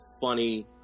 funny